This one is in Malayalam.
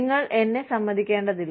നിങ്ങൾ എന്നെ സമ്മതിക്കേണ്ടതില്ല